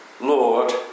Lord